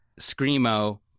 Screamo